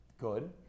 Good